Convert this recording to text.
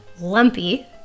Lumpy